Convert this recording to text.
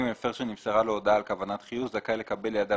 מפר שנמסרה לו הודעה על כוונת חיוב זכאי לקבל לידיו